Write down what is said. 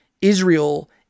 Israel